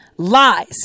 lies